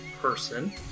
person